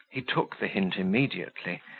he took the hint immediately,